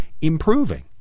improving